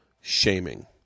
shaming